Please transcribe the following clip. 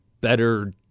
Better